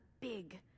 big